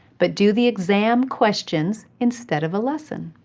but do the exam questions instead of a lesson.